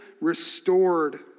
restored